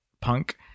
Punk